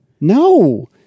No